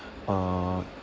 uh